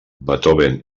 beethoven